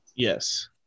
Yes